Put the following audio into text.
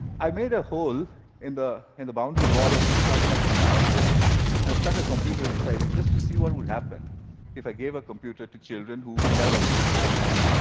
i made a hole in the and the boundary wall of the slum next to my office, and ah stuck a computer inside it just to see what would happen if i gave a computer to children who never would have one,